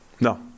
no